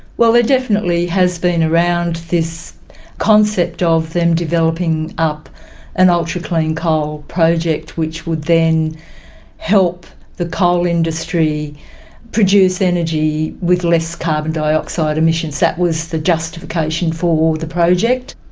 well, there definitely has been around this concept of them developing up an ultra clean coal project which would then help the coal industry produce energy with less carbon dioxide emissions. that was the justification for the project.